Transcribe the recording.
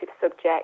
subject